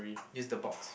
use the box